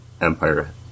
Empire